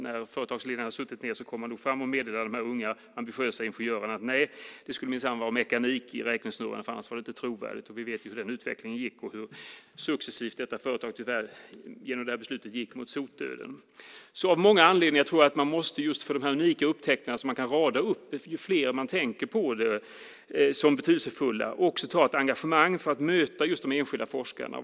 När företagsledningen hade suttit ned kom man fram och meddelade de unga ambitiösa ingenjörerna: Nej, det skulle minsann vara mekanik i räknesnurran. Annars var det inte trovärdigt. Vi vet hur den utvecklingen gick. Genom det beslutet gick detta företag successivt tyvärr mot sotdöden. Av många anledningar måste man för de unika upptäckterna som man kan rada upp, som ju fler man tänker på är betydelsefylla, också ta ett engagemang för att möta de enskilda forskarna.